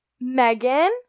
Megan